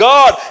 God